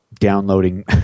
downloading